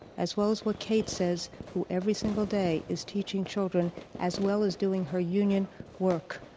as well as what kate says, who every single day is teaching children as well as doing her union work,